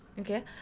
okay